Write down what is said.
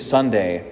Sunday